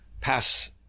pass